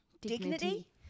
dignity